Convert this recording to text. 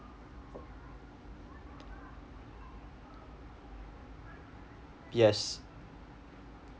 yes